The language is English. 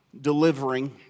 delivering